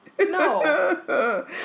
No